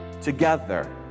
together